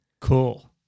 Cool